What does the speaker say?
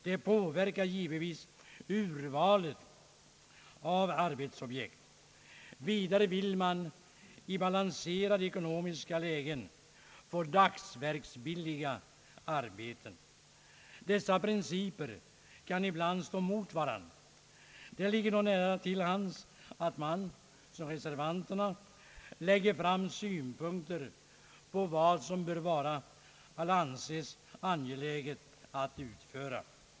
Det påverkar givetvis urvalet av arbetsobjekt. Vidare vill man i balanserade ekonomiska lägen få dagsverksbilliga arbeten. Dessa principer kan ibland stå mot varandra. Det ligger då nära till hands att man som reservanterna lägger fram synpunkter på vad som bör vara eller anses vara angeläget att utföra.